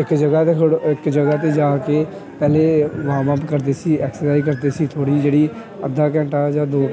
ਇੱਕ ਜਗ੍ਹਾ 'ਤੇ ਖੜ੍ਹ ਇੱਕ ਜਗ੍ਹਾ 'ਤੇ ਜਾ ਕੇ ਪਹਿਲੇ ਵਾਰਮ ਅੱਪ ਕਰਦੇ ਸੀ ਐਕਸਰਸਾਈਜ ਕਰਦੇ ਸੀ ਥੋੜ੍ਹੀ ਜਿਹੜੀ ਅੱਧਾ ਘੰਟਾ ਜਾਂ ਦੋ